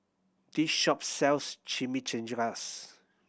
this shop sells Chimichangas